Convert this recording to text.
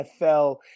NFL